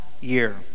year